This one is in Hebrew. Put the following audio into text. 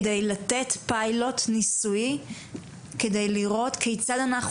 כדי לתת פיילוט ניסויי ולראות כיצד אנחנו